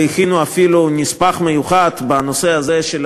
והכינו אפילו נספח מיוחד בנושא הזה של